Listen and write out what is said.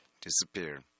Disappear